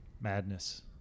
Madness